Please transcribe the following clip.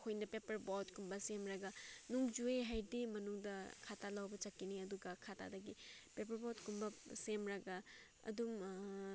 ꯑꯩꯈꯣꯏꯅ ꯄꯦꯄꯔ ꯕꯣꯠꯀꯨꯝꯕ ꯁꯦꯝꯂꯒ ꯅꯣꯡ ꯆꯨꯏꯌꯦ ꯍꯥꯏꯔꯗꯤ ꯃꯅꯨꯡꯗ ꯈꯇꯥ ꯂꯧꯕ ꯆꯠꯀꯅꯤ ꯑꯗꯨꯒ ꯈꯇꯥꯗꯒꯤ ꯄꯦꯄꯔ ꯕꯣꯠ ꯀꯨꯝꯕ ꯁꯦꯝꯂꯒ ꯑꯗꯨꯝ